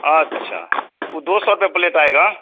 अच्छा वह दो सौ रुपया प्लेट आएगा